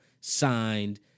signed